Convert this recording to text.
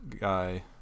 guy